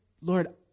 Lord